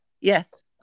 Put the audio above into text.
Yes